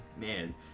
Man